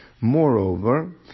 Moreover